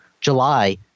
July